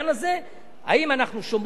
האם הוא חוק שאנחנו מקלים בו,